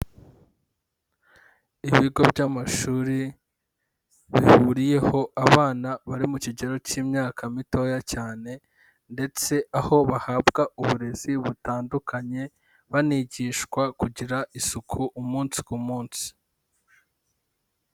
Ibigo by'amashuri bihuriyeho abana bari mu kigero cy'imyaka mitoya cyane, ndetse aho bahabwa uburezi butandukanye, banigishwa kugira isuku umunsi ku munsi.